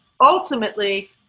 ultimately